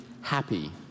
happy